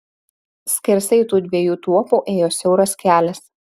skersai tų dviejų tuopų ėjo siauras kelias